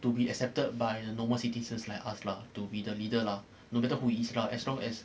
to be accepted by a normal citizens like us lah to be the leader lah no matter who it is lah as long as